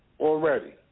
Already